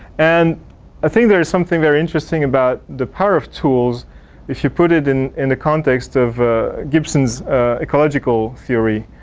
and i think there is something very interesting about the power of tools if you put it in in the context of gibson's ecological theory.